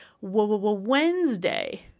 Wednesday